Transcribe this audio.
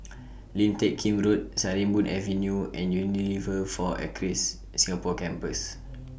Lim Teck Kim Road Sarimbun Avenue and Unilever four Acres Singapore Campus